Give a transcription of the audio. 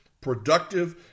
productive